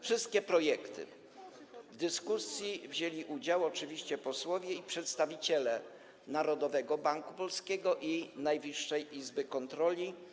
W dyskusji wzięli udział oczywiście posłowie i przedstawiciele Narodowego Banku Polskiego oraz Najwyższej Izby Kontroli.